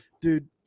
Dude